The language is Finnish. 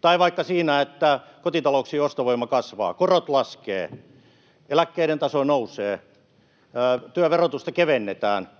tai vaikka siinä, että kotitalouksien ostovoima kasvaa, korot laskevat, eläkkeiden taso nousee ja työn verotusta kevennetään.